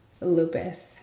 lupus